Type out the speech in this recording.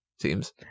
seems